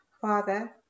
Father